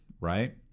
right